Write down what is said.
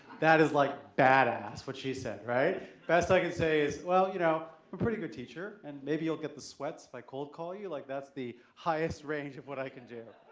that is like badass what she said, right? best i can say is well, you know i'm pretty good teacher and maybe you'll get the sweats by cold call you like that's the highest range of what i can do.